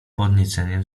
podniecenie